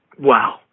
wow